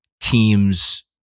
teams